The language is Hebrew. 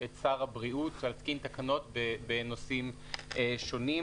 את שר הבריאות להתקין תקנות בנושאים שונים,